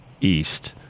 East